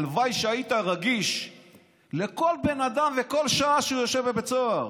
הלוואי שהיית רגיש לכל בן אדם ולכל שעה שבה הוא יושב בבית סוהר.